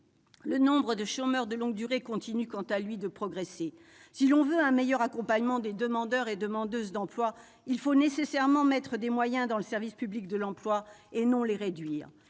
le nombre de chômeurs de longue durée, quant à lui, continue de progresser. Si l'on veut un meilleur accompagnement des demandeuses et demandeurs d'emploi, il faut nécessairement augmenter les moyens du service public de l'emploi, non les réduire.